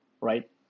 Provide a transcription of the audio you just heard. right